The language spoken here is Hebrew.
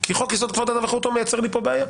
כי חוק יסוד: כבוד האדם וחירותו מייצר לי כאן בעיה.